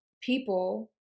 people